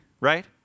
right